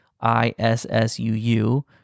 I-S-S-U-U